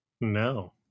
no